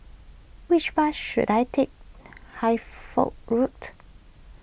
which bus should I take Road